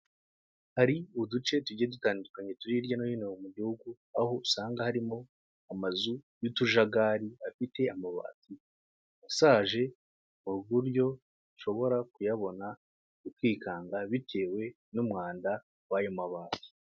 Hari uduce tugiye dutandukanye turi hirya no hino mu gihugu, aho usanga harimo amazu y'utujagari afite amabati ashaje, ku buryo ushobora kuyabona ukikanga bitewe n'umwanda w'ayo mabati.